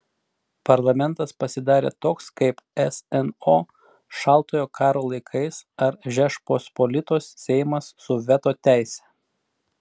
parlamentas pasidarė toks kaip sno šaltojo karo laikais ar žečpospolitos seimas su veto teise